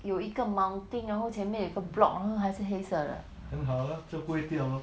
有一个 mounting 然后前面有个 block 然后还是黑色的